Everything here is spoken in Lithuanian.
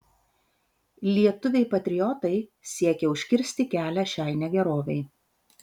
lietuviai patriotai siekė užkirsti kelią šiai negerovei